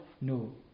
No